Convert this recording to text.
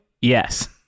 yes